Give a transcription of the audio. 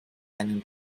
einen